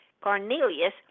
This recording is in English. Cornelius